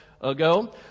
ago